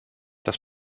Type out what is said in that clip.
das